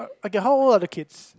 okay how old are the kids